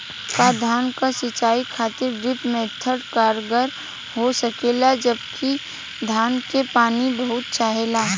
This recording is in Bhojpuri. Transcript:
का धान क सिंचाई खातिर ड्रिप मेथड कारगर हो सकेला जबकि धान के पानी बहुत चाहेला?